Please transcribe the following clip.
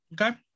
Okay